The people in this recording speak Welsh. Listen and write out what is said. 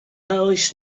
oes